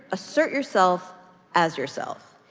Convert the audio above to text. assert yourself as yourself.